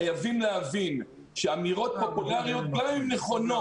חייבים להבין שאמירות פופולאריות גם אם נכונות,